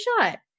shot